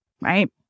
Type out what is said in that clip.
right